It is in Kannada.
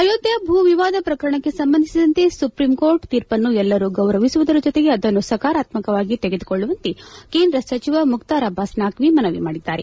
ಅಯೋಧ್ಲೆ ಭೂ ವಿವಾದ ಪ್ರಕರಣಕ್ಕೆ ಸಂಬಂಧಿಸಿದಂತೆ ಸುಪ್ರೀಂ ಕೋರ್ಟ್ ತೀರ್ಪನ್ನು ಎಲ್ಲರೂ ಗೌರವಿಸುವುದರ ಜೊತೆಗೆ ಅದನ್ನು ಸಕಾರಾತ್ನಕವಾಗಿ ತೆಗೆದುಕೊಳ್ಳುವಂತೆ ಕೇಂದ್ರ ಸಚಿವ ಮುಕಾರ ಅಬ್ಲಾಸ್ ನಖ್ನಿ ಮನವಿ ಮಾಡಿದ್ದಾರೆ